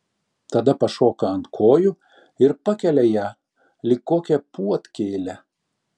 tada pašoka ant kojų ir pakelia ją lyg kokią puodkėlę